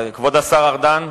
כבוד השר ארדן,